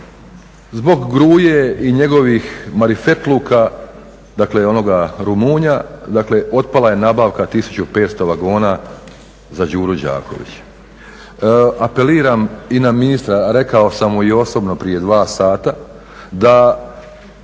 zbog Gruje i njegovih marifetluka, dakle onoga Rumunja, dakle otpala je nabavka 1500 vagona za Đuru Đaković. Apeliram i na ministra, rekao sam mu i osobno prije dva sata da